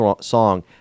song